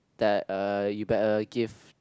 the uh a gift